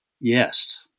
yes